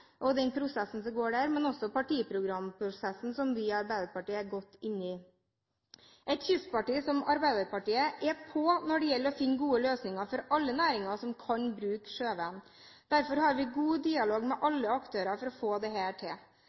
men også partiprogramprosessen som vi i Arbeiderpartiet er godt inne i. Et kystparti som Arbeiderpartiet er på når det gjelder å finne gode løsninger for alle næringer som kan bruke sjøveien. Derfor har vi god dialog med alle aktører for å få dette til. Vi må sikre at næringslivet opplever det